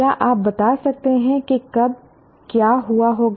क्या आप बता सकते हैं कि कब क्या हुआ होगा